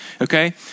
Okay